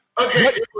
Okay